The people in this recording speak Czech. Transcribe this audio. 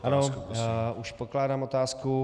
Ano, už pokládám otázku.